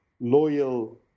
loyal